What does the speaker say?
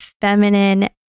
feminine